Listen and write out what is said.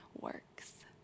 works